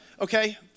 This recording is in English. Okay